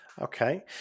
Okay